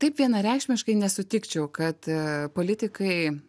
taip vienareikšmiškai nesutikčiau kad politikai